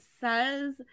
says